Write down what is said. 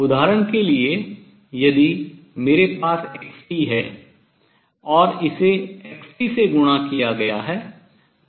उदाहरण के लिए यदि मेरे पास x है और इसे x से गुणा किया गया है